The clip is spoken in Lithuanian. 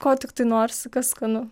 ko tiktai norisi kas skanu